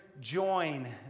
join